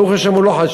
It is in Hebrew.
ברוך השם, הוא לא חשב.